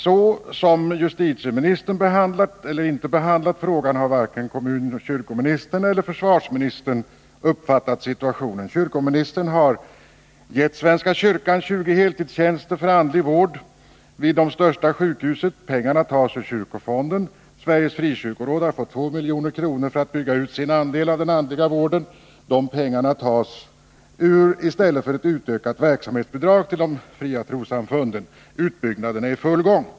Så som justitieministern har behandlat — eller inte behandlat — frågan har varken kommunministern/kyrkoministern eller justitieministern uppfattat situationen. Kyrkoministern har gett svenska kyrkan 20 heltidstjänster för andlig vård vid de största sjukhusen. Pengarna tas ur kyrkofonden. Sveriges frikyrkoråd har fått 2 milj.kr. för att bygga ut sin andel av den andliga vården. Pengarna går till detta i stället för till ett utökat verksamhetsbidrag till de fria trossamfunden. Utbyggnaden är i full gång.